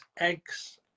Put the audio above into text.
eggs